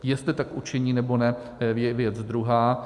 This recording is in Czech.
Jestli tak učiní, nebo ne, to je věc druhá.